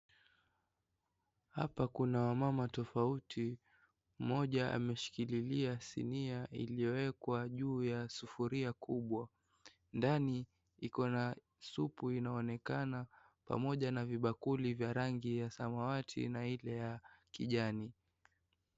Hapa kuna wamama tofauti, mmoja ameshikililia sinia iliyowekwa juu ya sufuria kubwa. Ndani iko na supu inaonekana, pamoja na vibakuli vya rangi ya samawati na ile ya kijani.